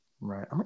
right